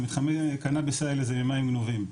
המתחמי קנאביס האלה זה מים גנובים,